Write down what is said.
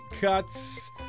Cuts